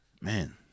Man